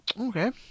Okay